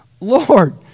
Lord